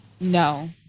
No